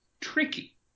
tricky